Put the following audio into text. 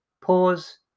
Pause